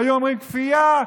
היו אומרים: כפייה,